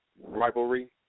rivalry